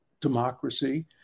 democracy